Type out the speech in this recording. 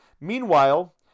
Meanwhile